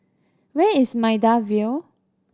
where is Maida Vale